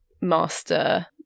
Master